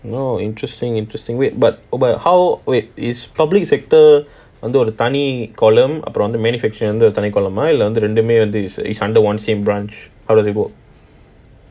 oh interesting interesting wait but err but how wait is public sector வந்து தனி:vandhu thani column manufacturing வந்து தனி:vandhu thani is under one same branch how does it work